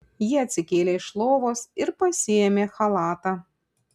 ji atsikėlė iš lovos ir pasiėmė chalatą